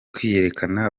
kwiyerekana